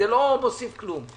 לא מוסיף כלום.